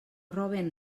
roben